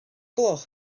gloch